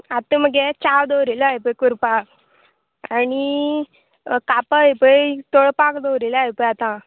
आतां मगे चाव दवरिल्या इपय करपाक आनी कापां हें पळय तळपाक दवरिल्या हें पळय आतां